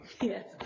yes